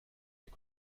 est